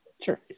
Sure